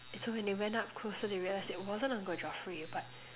and so when they went up closer they realized it wasn't uncle Geoffrey but